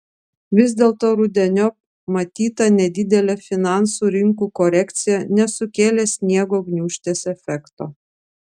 vis dėlto rudeniop matyta nedidelė finansų rinkų korekcija nesukėlė sniego gniūžtės efekto